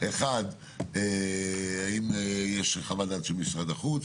אחת, האם יש חוות דעת של משרד החוץ.